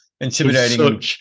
intimidating